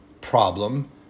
problem